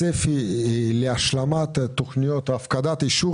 הצפי להשלמת התכניות ולהפקדת אישור